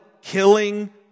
killing